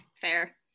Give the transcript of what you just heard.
fair